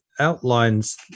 outlines